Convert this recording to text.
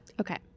Okay